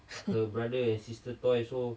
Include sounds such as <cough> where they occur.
<laughs>